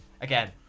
Again